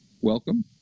welcome